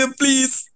please